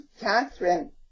Catherine